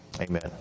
Amen